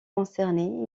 concernés